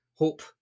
Hope